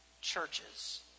churches